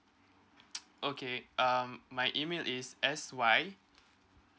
okay um my email is S Y